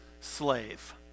slave